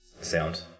Sound